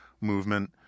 movement